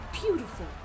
beautiful